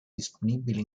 disponibile